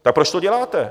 Tak proč to děláte?